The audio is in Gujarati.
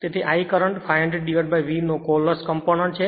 તેથી I કરંટ 500 V નો કોર લોસ કોમ્પોનન્ટ છે